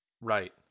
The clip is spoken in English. Right